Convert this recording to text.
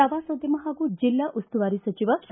ಪ್ರವಾಸೋದ್ಯಮ ಹಾಗೂ ಜಿಲ್ಲಾ ಉಸ್ತುವಾರಿ ಸಚಿವ ಸಾ